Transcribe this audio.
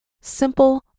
Simple